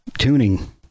tuning